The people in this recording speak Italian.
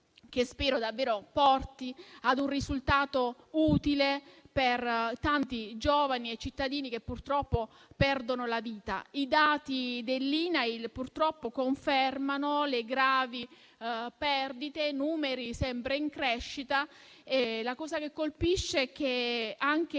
che spero davvero porti a un risultato utile per tanti giovani e cittadini che perdono la vita. I dati dell'INAIL confermano le gravi perdite, con numeri sempre in crescita. La cosa che colpisce è che anche i